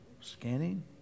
Scanning